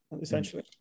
essentially